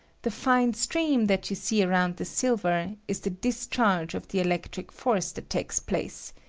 the fine stream that you see around the silver is the discharge of the electric force that takes place,